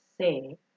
say